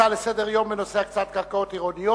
הצעות לסדר-היום בנושא: הקצאת קרקע עירונית